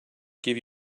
give